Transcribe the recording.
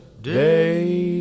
Day